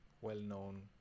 well-known